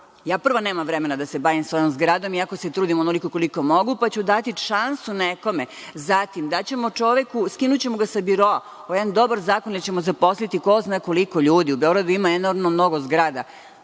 Ja prva nemam vremena da se bavim svojom zgradom iako se trudim onoliko koliko mogu, pa ću dati šansu nekome. Zatim, daćemo čoveku, skinućemo ga sa biroa, to je jedan dobar zakon, jer ćemo zaposliti ko zna koliko ljudi. U Beogradu ima enormno mnogo zgrada.